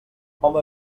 home